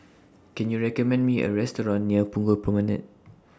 Can YOU recommend Me A Restaurant near Punggol Promenade